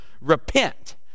repent